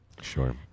Sure